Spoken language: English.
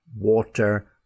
water